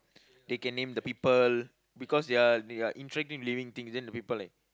they can name the people because they are they are intriguing living things then the people like